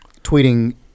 tweeting